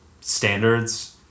standards